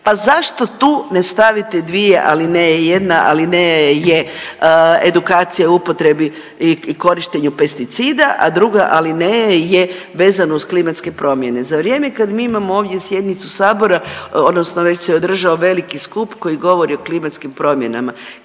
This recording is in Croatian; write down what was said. pa zašto tu ne stavite dvije alineje, jedna alineja je edukacija o upotrebi i korištenju pesticida, a druga alineja je vezano uz klimatske promjene. Za vrijeme kad mi imamo ovdje sjednicu sabora odnosno već se održao veliki skup koji govori o klimatskim promjenama.